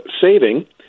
saving